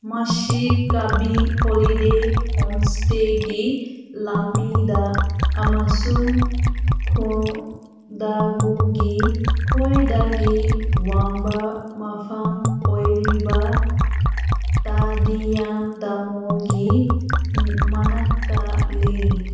ꯃꯁꯤ ꯀꯥꯕꯤ ꯍꯣꯂꯤꯗꯦ ꯍꯣꯝꯁꯇꯦꯒꯤ ꯂꯝꯕꯤꯗ ꯑꯃꯁꯨꯡ ꯈꯣꯗꯥꯒꯨꯒꯤ ꯈ꯭ꯋꯥꯏꯗꯒꯤ ꯋꯥꯡꯕ ꯃꯐꯝ ꯑꯣꯏꯔꯤꯕ ꯇꯥꯗꯤꯌꯥꯟꯗꯃꯣꯜꯒꯤ ꯃꯅꯥꯛꯇ ꯂꯩ